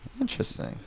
interesting